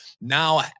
Now